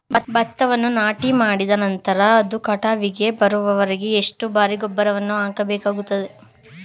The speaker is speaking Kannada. ಭತ್ತವನ್ನು ನಾಟಿಮಾಡಿದ ನಂತರ ಅದು ಕಟಾವಿಗೆ ಬರುವವರೆಗೆ ಎಷ್ಟು ಬಾರಿ ಗೊಬ್ಬರವನ್ನು ಹಾಕಬೇಕಾಗುತ್ತದೆ?